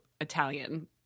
Italian